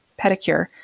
pedicure